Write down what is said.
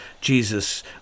Jesus